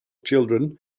children